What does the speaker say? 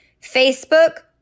Facebook